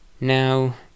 Now